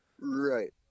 right